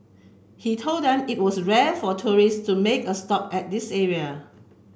he told them it was rare for tourists to make a stop at this area